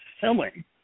selling